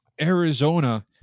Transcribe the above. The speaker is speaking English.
Arizona